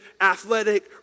athletic